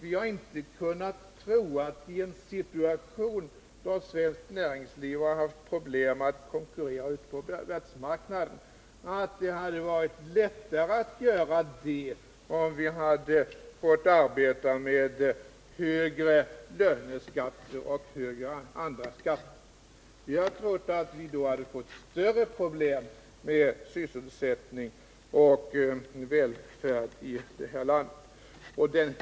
I en situation då svenskt näringsliv haft problem att konkurrera på arbetsmarknaden har vi inte trott att detta skulle ha underlättats av högre löneskatter och högre andra skatter. Vi har trott att vi skulle ha fått större problem med sysselsättning och välfärd här i landet.